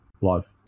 live